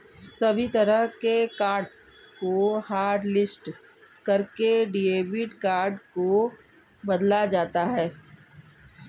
सभी तरह के कार्ड्स को हाटलिस्ट करके डेबिट कार्ड को बदला जाता है